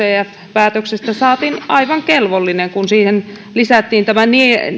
päätöksestä saatiin aivan kelvollinen kun siihen lisättiin mukaan tämä